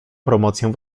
promocję